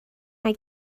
mae